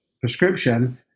prescription